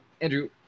Andrew